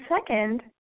second